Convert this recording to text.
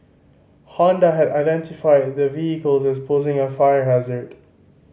Honda had identified the vehicles as posing a fire hazard